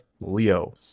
Leo